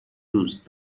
دوست